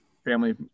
family